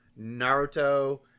Naruto